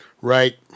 right